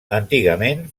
antigament